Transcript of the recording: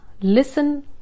listen